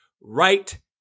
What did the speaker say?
Right